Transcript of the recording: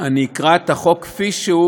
אני אקרא את החוק כפי שהוא,